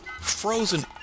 frozen